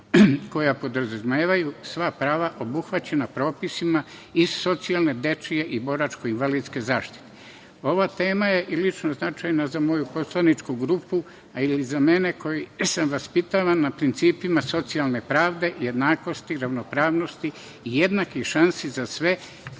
koja podrazumevaju sva prava obuhvaćena propisima iz socijalne, dečje i boračko-invalidske zaštite. Ova tema je i lično značajna za moju poslaničku grupu, ali i za mene koji sam vaspitavan na principima socijalne pravde, jednakosti, ravnopravnosti i jednakih šansi za sve